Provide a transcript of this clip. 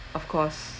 of course